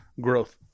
growth